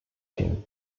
him